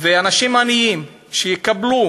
אנשים עניים שיקבלו